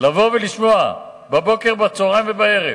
לבוא ולשמוע בבוקר, בצהריים ובערב